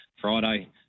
Friday